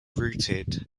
routed